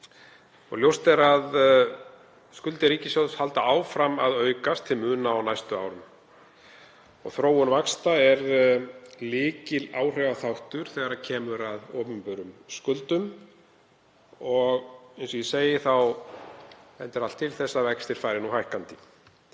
Ljóst er að skuldir ríkissjóðs halda áfram að aukast til muna á næstu árum. Þróun vaxta er lykiláhrifaþáttur þegar kemur að opinberum skuldum og eins og ég segi þá bendir allt til þess að vextir fari hækkandi.